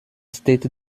steht